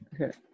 okay